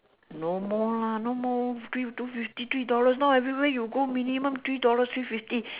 no more lah no more three two fifty three dollars now everywhere you go minimum three dollars three fifty